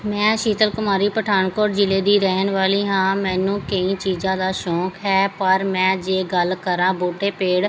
ਮੈਂ ਸ਼ੀਤਲ ਕੁਮਾਰੀ ਪਠਾਨਕੋਟ ਜ਼ਿਲ੍ਹੇ ਦੀ ਰਹਿਣ ਵਾਲੀ ਹਾਂ ਮੈਨੂੰ ਕਈ ਚੀਜ਼ਾਂ ਦਾ ਸ਼ੌਕ ਹੈ ਪਰ ਮੈਂ ਜੇ ਗੱਲ ਕਰਾਂ ਬੂਟੇ ਪੇੜ